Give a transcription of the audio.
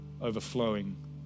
overflowing